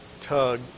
tug